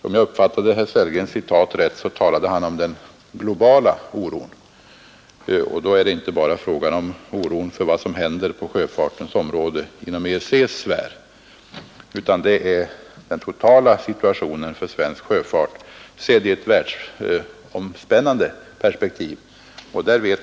Om jag uppfattade herr Sellgrens citat rätt, så talade han om den globala oron. Då är det inte bara fråga om oron för vad som händer på sjöfartens område inom EEC's sfär, utan det är fråga om den totala situationen för svensk sjöfart, sedd i ett världsomspännande perspektiv.